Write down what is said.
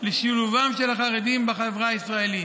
לשילובם של החרדים בחברה הישראלית.